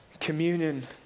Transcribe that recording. Communion